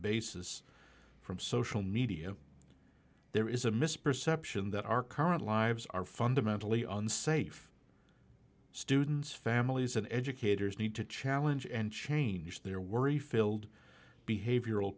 basis from social media there is a misperception that our current lives are fundamentally unsafe students families and educators need to challenge and change their worry filled behavioral